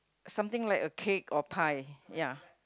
something like a cake or pie ya